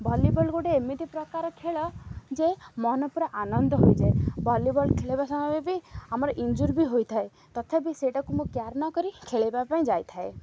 volleyball ଗୋଟେ ଏମିତି ପ୍ରକାର ଖେଳ ଯେ ମନ ପୁରା ଆନନ୍ଦ ହୋଇଯାଏ ଭଲିବଲ୍ ଖେଳିବା ସମୟରେ ବି ଆମର ଇଞ୍ଜୁର୍ବି ହୋଇଥାଏ ତଥାପି ସେଇଟାକୁ ମୁଁ କେୟାର୍ ନକରି ଖେଳବା ପାଇଁ ଯାଇଥାଏ